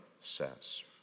says